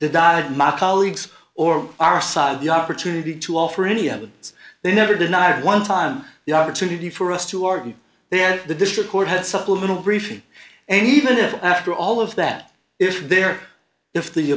dyed my colleagues or our side the opportunity to offer any evidence they never denied one time the opportunity for us to argue that the district court had supplemental briefing and even if after all of that if there if the